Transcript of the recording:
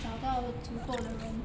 找到足够的人